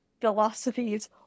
philosophies